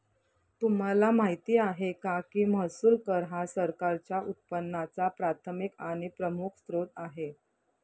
तुम्हाला माहिती आहे का की महसूल कर हा सरकारच्या उत्पन्नाचा प्राथमिक आणि प्रमुख स्त्रोत आहे